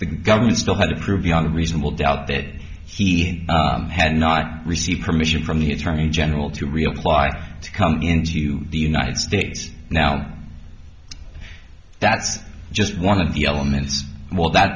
the government still had to prove beyond a reasonable doubt that he had not received permission from the attorney general to reapply to come into the united states now that's just one of the elements